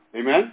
Amen